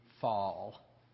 Fall